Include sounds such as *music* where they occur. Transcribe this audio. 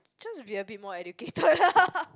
just be a bit more educated *laughs*